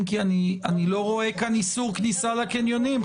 אם כי אני לא רואה כאן איסור כניסה לקניונים,